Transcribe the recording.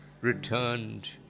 returned